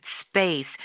space